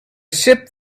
ship